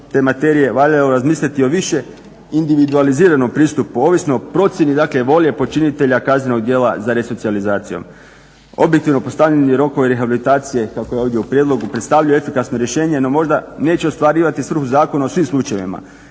te materije valjalo razmisliti o više individualiziranom pristupu ovisno o procjeni dakle volje počinitelja kaznenog djela za resocijalizacijom. Objektivno postavljeni rokovi rehabilitacije kako je ovdje u prijedlogu predstavljaju efikasno rješenje no možda neće ostvarivati stup zakona u svim slučajevima.